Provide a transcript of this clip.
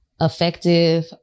effective